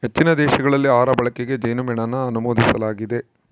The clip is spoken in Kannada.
ಹೆಚ್ಚಿನ ದೇಶಗಳಲ್ಲಿ ಆಹಾರ ಬಳಕೆಗೆ ಜೇನುಮೇಣನ ಅನುಮೋದಿಸಲಾಗಿದೆ